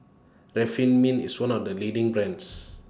Remifemin IS one of The leading brands